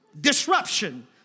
disruption